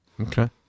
Okay